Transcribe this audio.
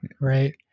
right